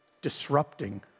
disrupting